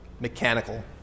mechanical